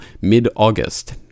mid-August